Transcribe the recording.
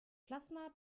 plasma